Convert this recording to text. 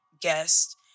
guest